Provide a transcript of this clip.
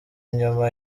inyuma